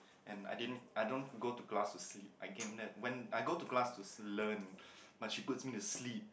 and I didn't I don't go to class to sleep I came it when I go to class to learn but she put me in the sleep